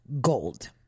Gold